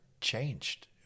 changed